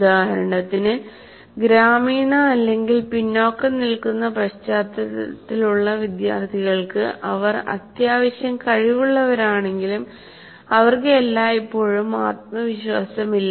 ഉദാഹരണത്തിന് ഗ്രാമീണ അല്ലെങ്കിൽ പിന്നാക്കം നിൽക്കുന്ന പശ്ചാത്തലത്തിലുള്ള വിദ്യാർത്ഥികൾക്ക് അവർ അത്യാവശ്യം കഴിവുള്ളവരാണെങ്കിലും അവർക്കു എല്ലായ്പ്പോഴും ആത്മവിശ്വാസമില്ല